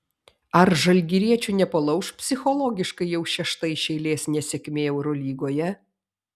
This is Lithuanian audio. ar žalgiriečių nepalauš psichologiškai jau šešta iš eilės nesėkmė eurolygoje